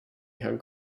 herrn